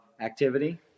activity